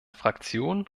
fraktion